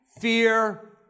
fear